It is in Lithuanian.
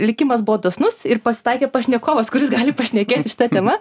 likimas buvo dosnus ir pasitaikė pašnekovas kuris gali pašnekėt šita tema